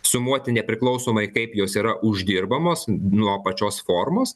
sumuoti nepriklausomai kaip jos yra uždirbamos nuo pačios formos